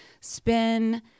spin